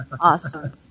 awesome